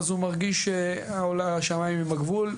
אז הוא מרגיש שהשמיים הם הגבול.